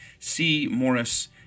cmorris